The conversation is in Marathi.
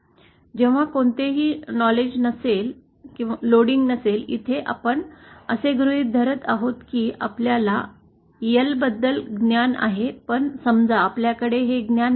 जेव्हा कोणतेही लोडिंग नसलेले इथे आपण असे गृहीत धरत आहोत की आपल्याला L बद्दल ज्ञान आहे पण समजा आपल्याकडे हे ज्ञान नाही